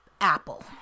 apple